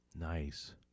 Nice